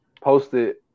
posted